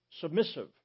submissive